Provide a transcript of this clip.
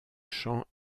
chant